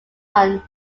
run